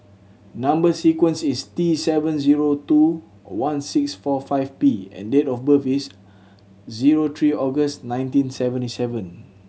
number sequence is T seven zero two one six four five P and date of birth is zero three August nineteen seventy seven